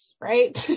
right